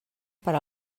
per